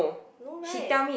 no right